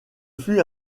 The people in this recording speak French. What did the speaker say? fut